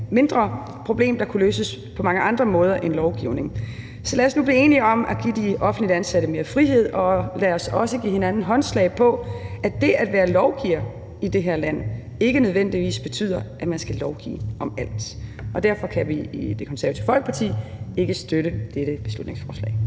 mindre problem, der kunne løses på mange andre måder end med lovgivning. Så lad os nu blive enige om at give de offentligt ansatte mere frihed, og lad os også give hinanden håndslag på, at det at være lovgiver i det her land ikke nødvendigvis betyder, at man skal lovgive om alt. Derfor kan vi i Det Konservative Folkeparti ikke støtte dette beslutningsforslag.